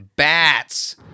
Bats